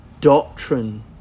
doctrine